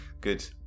good